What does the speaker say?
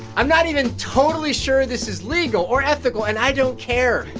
i'm not even totally sure this is legal or ethical, and i don't care.